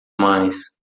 mais